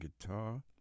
guitar